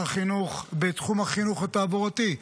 בתחום החינוך התעבורתי,